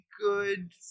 good